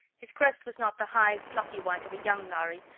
his crest was not the high, fluffy white of a young lhari,